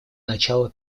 начало